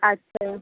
अच्छा